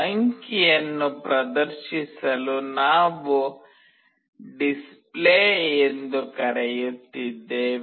ಅಂಕಿಯನ್ನು ಪ್ರದರ್ಶಿಸಲು ನಾವು Display ಎಂದು ಕರೆಯುತ್ತಿದ್ದೇವೆ